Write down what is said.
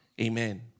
Amen